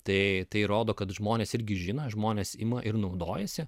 tai tai rodo kad žmonės irgi žino žmonės ima ir naudojasi